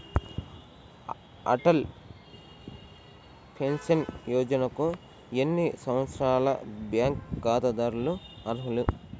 Atal pension యోజనకు ఎన్ని సంవత్సరాల బ్యాంక్ ఖాతాదారులు అర్హులు?